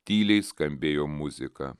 tyliai skambėjo muzika